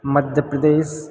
Madhya Pradesh